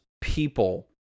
people